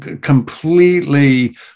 completely